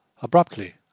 abruptly